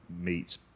meet